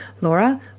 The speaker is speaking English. Laura